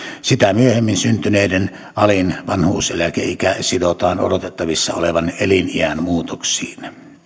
sitä myöhemmin syntyneiden alin vanhuuseläkeikä sidotaan odotettavissa olevan eliniän muutoksiin